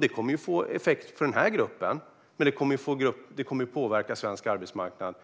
Det kommer att få effekter för den här gruppen, men det kommer även att påverka svensk arbetsmarknad